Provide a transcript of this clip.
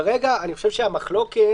כרגע המחלוקת,